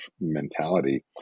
mentality